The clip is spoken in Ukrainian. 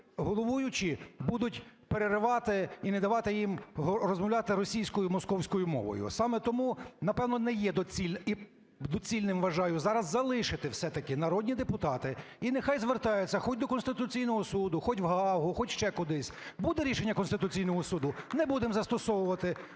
головуючі будуть переривати і не давати їм розмовляти російською, московською мовою. Саме тому, напевно, не є доцільним… І доцільним вважаю зараз залишити все-таки "народні депутати", і нехай звертаються хоч до Конституційного Суду, хоч в Гаагу, хоч ще кудись. Буде рішення Конституційного Суду – не будемо застосовувати.